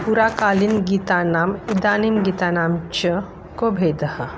पुराकालीनगीतानाम् इदानीं गीतानां च को भेदः